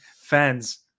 fans